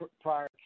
prior